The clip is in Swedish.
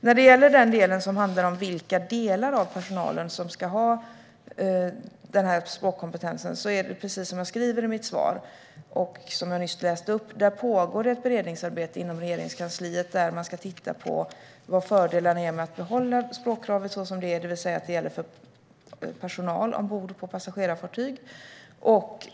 När det gäller vilka delar av personalen som ska ha den här språkkompetensen pågår ett beredningsarbete inom Regeringskansliet, som jag sa i mitt svar. Man ska titta på vilka fördelarna är med att behålla språkkravet för personal ombord på passagerarfartyg så som det är i dag.